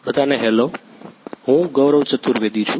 બધાને હેલો હું ગૌરવ ચતુર્વેદી છું